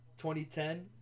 2010